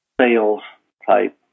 sales-type